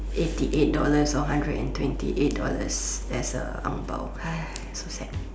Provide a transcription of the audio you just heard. eighty eight dollars or hundred and twenty eight dollars as a ang-bao so sad